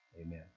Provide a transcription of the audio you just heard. Amen